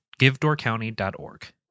givedoorcounty.org